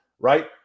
right